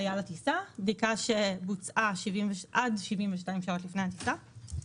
שבוצעה עד 72 שעות לפני הטיסה,